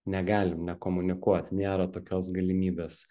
negalim nekomunikuot nėra tokios galimybės